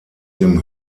dem